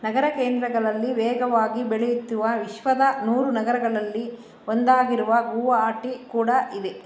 ನಗರ ಕೇಂದ್ರಗಳಲ್ಲಿ ವೇಗವಾಗಿ ಬೆಳೆಯುತ್ತುವ ವಿಶ್ವದ ನೂರು ನಗರಗಳಲ್ಲಿ ಒಂದಾಗಿರುವ ಗುವಾಹಾಟಿ ಕೂಡ ಇದೆ